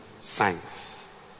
science